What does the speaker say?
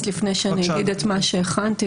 לפני שאני אגיד מה שהכנתי,